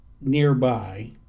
nearby